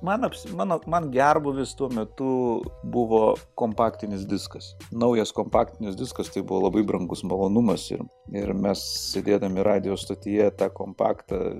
man aps mano man gerbūvis tuo metu buvo kompaktinis diskas naujas kompaktinis diskas tai buvo labai brangus malonumas ir mes sėdėdami radijo stotyje tą kompaktą